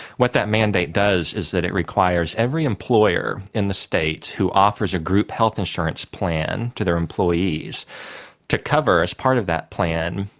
what that mandate does is that it requires every employer in the states who offers a group health insurance plan to their employees to cover, as part of that plan,